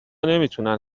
نمیتونن